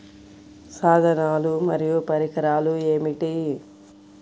సాధనాలు మరియు పరికరాలు ఏమిటీ?